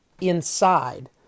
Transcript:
inside